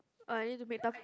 uh I need to make thum~